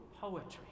poetry